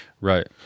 Right